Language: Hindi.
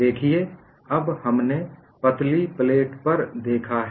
देखिये अब हमने पतली प्लेट पर देखा है